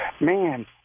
Man